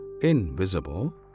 invisible